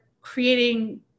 creating